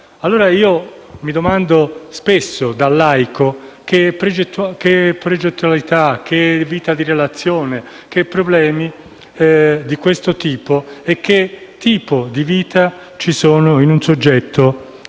Mi domando spesso allora, da laico, che progettualità, che vita di relazione, che problemi di questo tipo e che tipo di vita vi siano in un soggetto